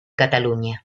cataluña